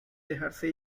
dejarse